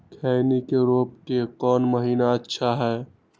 खैनी के रोप के कौन महीना अच्छा है?